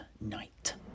night